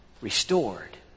restored